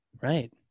Right